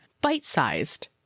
Bite-sized